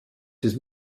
his